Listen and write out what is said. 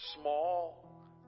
small